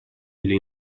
или